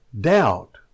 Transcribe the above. doubt